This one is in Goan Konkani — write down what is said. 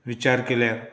विचार केल्यार